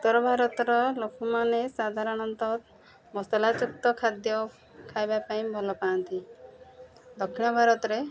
ଉତ୍ତର ଭାରତର ଲୋକମାନେ ସାଧାରଣତଃ ମସଲାଯୁକ୍ତ ଖାଦ୍ୟ ଖାଇବା ପାଇଁ ଭଲ ପାଆନ୍ତି ଦକ୍ଷିଣ ଭାରତରେ